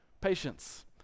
patience